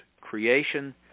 creation